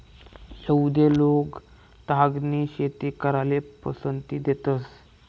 यहुदि लोक तागनी शेती कराले पसंती देतंस